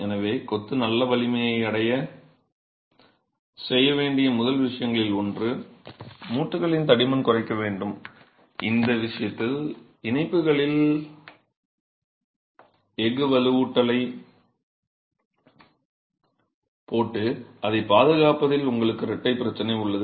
எனவே கொத்து நல்ல வலிமையை அடைய செய்ய வேண்டிய முதல் விஷயங்களில் ஒன்று மூட்டுகளின் தடிமன் குறைக்க வேண்டும் இந்த விஷயத்தில் இணைப்புகளில் எஃகு வலுவூட்டலைப் போட்டு அதைப் பாதுகாப்பதில் உங்களுக்கு இரட்டைப் பிரச்சனை உள்ளது